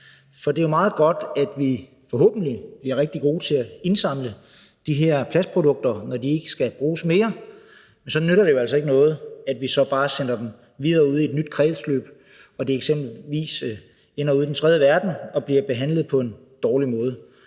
For det er jo meget godt, at vi, forhåbentlig, bliver rigtig gode til at indsamle de her plastprodukter, når de ikke skal bruges mere, men så nytter det jo altså ikke noget, at vi så bare sender dem videre ud i et nyt kredsløb, og at de så eksempelvis ender i den tredje verden og bliver behandlet på en dårlig måde.